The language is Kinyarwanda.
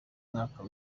mwaka